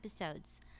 episodes